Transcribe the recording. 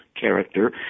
character